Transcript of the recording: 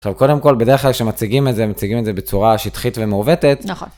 טוב, קודם כל בדרך כלל כשמציגים את זה, מציגים את זה בצורה שטחית ומעוותת. נכון.